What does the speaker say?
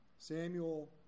Samuel